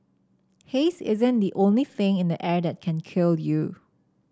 haze isn't the only thing in the air that can kill you